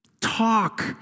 talk